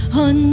on